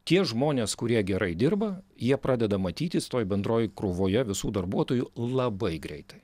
tie žmonės kurie gerai dirba jie pradeda matytis toj bendroj krūvoje visų darbuotojų labai greitai